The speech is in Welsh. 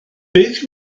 beth